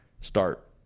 start